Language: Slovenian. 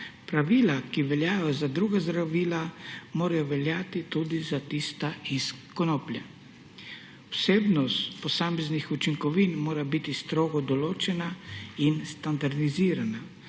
Pravila, ki veljajo za druga zdravila, morajo veljati tudi za tista iz konoplje. Vsebnost posameznih učinkovin mora biti strogo določena in standardizirana.